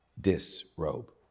disrobe